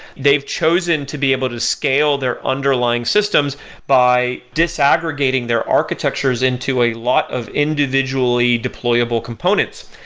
they've chosen to be able to scale their underlying systems by disaggregating their architectures into a lot of individually deployable components.